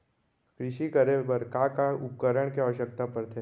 कृषि करे बर का का उपकरण के आवश्यकता परथे?